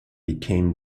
became